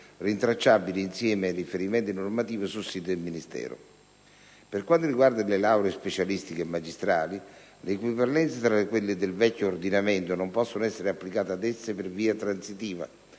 rintracciabili, insieme ai riferimenti normativi, sul sito del Ministero. Per quanto riguarda le lauree specialistiche e magistrali, le equipollenze tra quelle del vecchio ordinamento non possono essere applicate ad esse per via transitiva